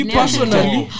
personally